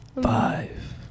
Five